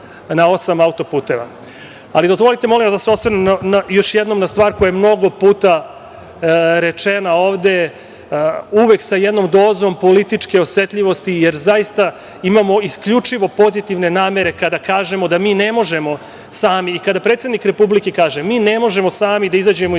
na osam autoputeva. Dozvolite mi da se osvrnem još jednom na stvar koja je mnogo puta rečena ovde, uvek sa jednom dozom političke osetljivosti, jer zaista imamo isključivo pozitivne namere kada kažemo da mi ne možemo sami, kada predsednik Republike kaže – mi ne možemo sami da izađemo iz